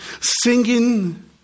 singing